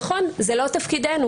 נכון, זה לא תפקידנו